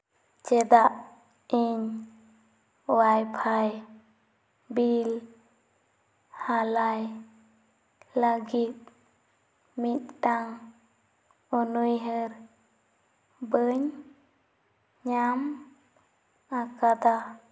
ᱪᱮᱫᱟᱜ ᱤᱧ WiFi bill ᱦᱟᱞᱟᱭ ᱞᱟᱹᱜᱤᱫ ᱢᱤᱫᱴᱟᱝ ᱚᱱᱩᱭᱦᱟᱹᱨ ᱵᱟᱹᱧ ᱧᱟᱢ ᱟᱠᱟᱫᱟ